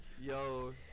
yo